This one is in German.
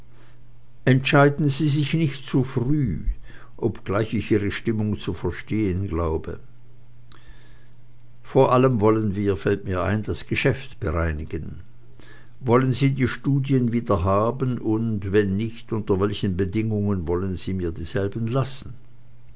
entscheiden sie sich nicht zu früh obgleich ich ihre stimmung zu verstehen glaube vor allem wollen wir fällt mir ein das geschäft bereinigen wollen sie die studien wiederhaben und wenn nicht unter welchen bedingungen wollen sie mir dieselben lassen